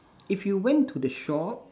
if you went to the shop